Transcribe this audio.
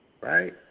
right